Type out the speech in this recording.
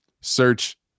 search